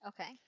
Okay